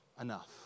Enough